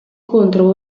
contro